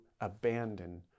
abandon